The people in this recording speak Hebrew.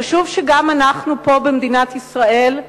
חשוב שגם פה, במדינת ישראל,